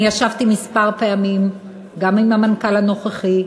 אני ישבתי כמה פעמים גם עם המנכ"ל הנוכחי,